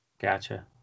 Gotcha